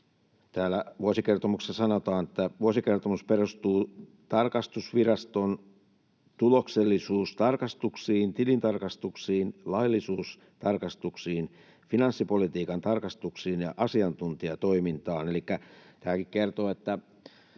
Täällä vuosikertomuksessa sanotaan, että vuosikertomus perustuu tarkastusviraston tuloksellisuustarkastuksiin, tilintarkastuksiin, laillisuustarkastuksiin, finanssipolitiikan tarkastuksiin ja asiantuntijatoimintaan.